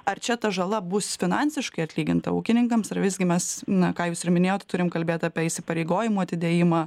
ar čia ta žala bus finansiškai atlyginta ūkininkams ar visgi mes na ką jūs ir minėjot turim kalbėt apie įsipareigojimų atidėjimą